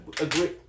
Agree